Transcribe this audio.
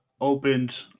opened